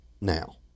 now